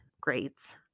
grades